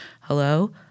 Hello